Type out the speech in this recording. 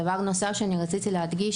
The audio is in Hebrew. דבר נוסף שרציתי להדגיש,